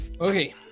Okay